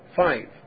five